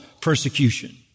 persecution